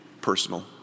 personal